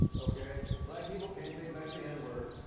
ok. black people can't take back the n word.